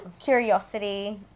Curiosity